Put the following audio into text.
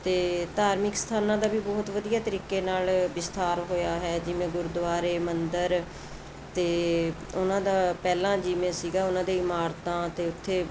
ਤੇ ਧਾਰਮਿਕ ਸਥਾਨਾਂ ਦਾ ਵੀ ਬਹੁਤ ਵਧੀਆ ਤਰੀਕੇ ਨਾਲ ਵਿਸਥਾਰ ਹੋਇਆ ਹੈ ਜਿਵੇਂ ਗੁਰਦੁਆਰੇ ਮੰਦਰ ਤੇ ਉਹਨਾਂ ਦਾ ਪਹਿਲਾਂ ਜਿਵੇਂ ਸੀਗਾ ਉਹਨਾਂ ਦੇ ਇਮਾਰਤਾਂ ਤੇ ਉੱਥੇ